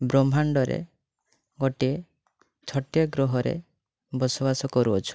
ବ୍ରହ୍ମାଣ୍ଡରେ ଗୋଟେ ଛୋଟିଆ ଗ୍ରହରେ ବସବାସ କରୁଅଛୁ